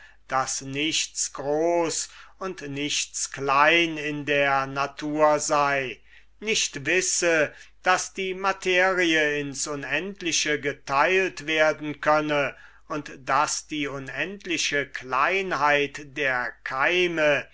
wie nichts groß und nichts klein in der natur sei nicht wisse daß die materie ins unendliche geteilt werden könne und daß die unendliche kleinheit der keime